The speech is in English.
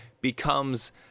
becomes